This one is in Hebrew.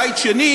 בית שני,